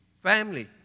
family